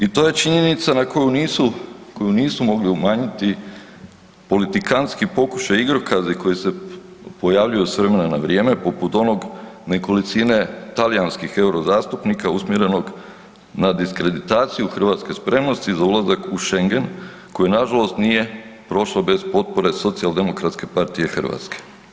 I to je činjenica na koju nisu, koju nisu mogli umanjiti politikantski pokušaji i igrokazi koji se pojavljuju s vremena na vrijeme poput onog nekolicine talijanskih eurozastupnika usmjerenog na diskreditaciju hrvatske spremnosti za ulazak u Schengen koji nažalost nije prošao bez potpore Socijaldemokratske partije Hrvatske.